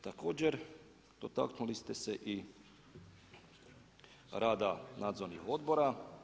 Također, dotaknuli ste se i rada nadzornih odbora.